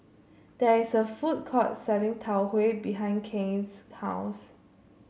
there is a food court selling Tau Huay behind Cain's house